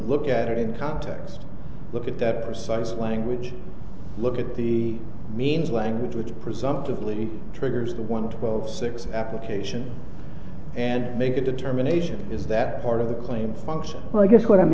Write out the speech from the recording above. look at it in context look at that precise language look at the main language which presumptively triggers in one twelve six application and make a determination is that part of the claims function well i guess what i'm